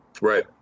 Right